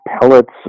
pellets